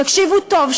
תקשיבו טוב,